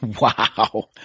Wow